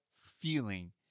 feeling